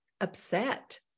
upset